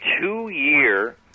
two-year